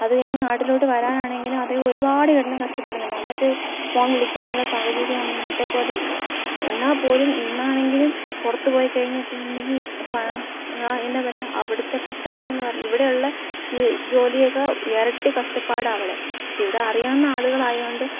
അതു കഴിഞ്ഞു നാട്ടിലോട്ടു വരാനാണെങ്കിലും അതെ ഒരുപാട് കിടന്നു കഷ്ടപ്പെടുന്നുണ്ട് അന്നൊക്കെ ഫോൺ വിളിക്കാനുള്ള സാഹചര്യം ഒന്നും ഇന്നത്തെ പോലെ ഇല്ല എന്നാല്പ്പോലും ഇന്നാണെങ്കിലും പുറത്തു പോയിക്കഴിഞ്ഞിട്ടുണ്ടെങ്കില് എന്താണു പറയുക അവിടുത്തെ കഷ്ടപ്പാടെന്നു പറഞ്ഞാല് ഇവിടെയുള്ള ജോലിയൊക്കെ ഇരട്ടി കഷ്ടപ്പാടാണ് അവിടെ പക്ഷേ ഇവിടെ അറിയാവുന്ന ആളുകളായതുകൊണ്ട്